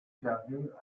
carrée